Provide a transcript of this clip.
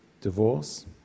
divorce